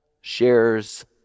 shares